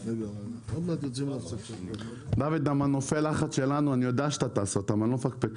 אני יודע שאתה תעשה את מנופי הלחץ שלנו; אני לא מפקפק בכך.